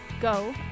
Go